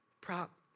prop